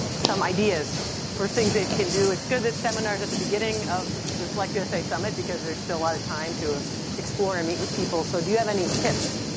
some ideas for things they can do. it's good this seminar's at the beginning of the select usa summit because there's still a lot of time to explore and meet with people. so do you have any tips?